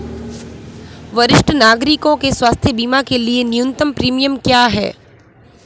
वरिष्ठ नागरिकों के स्वास्थ्य बीमा के लिए न्यूनतम प्रीमियम क्या है?